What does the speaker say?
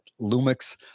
Lumix